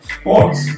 sports